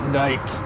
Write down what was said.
night